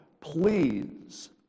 please